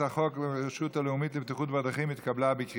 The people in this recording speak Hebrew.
חוק הרשות הלאומית לבטיחות בדרכים (הוראת